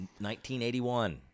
1981